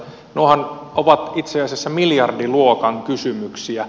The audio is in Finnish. nuohan ovat itse asiassa miljardiluokan kysymyksiä